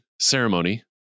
Ceremony